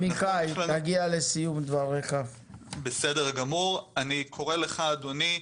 אני קורא לך, אדוני,